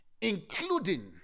including